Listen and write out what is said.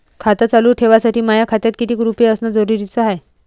खातं चालू ठेवासाठी माया खात्यात कितीक रुपये असनं जरुरीच हाय?